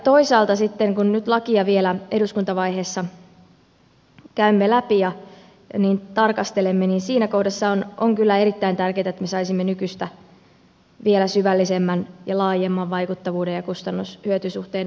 toisaalta sitten kun nyt lakia vielä eduskuntavaiheessa käymme läpi ja tarkastelemme siinä kohdassa on kyllä erittäin tärkeätä että me saisimme nykyistä vielä syvällisemmän ja laajemman vaikuttavuuden ja kustannushyöty suhteen arvioinnin